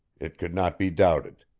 it could not be doubted.